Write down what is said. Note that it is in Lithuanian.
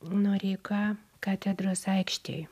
noreika katedros aikštėj